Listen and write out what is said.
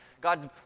God's